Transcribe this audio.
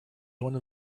one